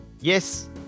yes